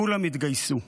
כולם התגייסו.